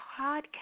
podcast